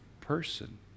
person